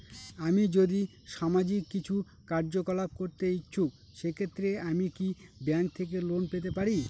আমি যদি সামাজিক কিছু কার্যকলাপ করতে ইচ্ছুক সেক্ষেত্রে আমি কি ব্যাংক থেকে লোন পেতে পারি?